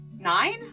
Nine